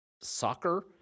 soccer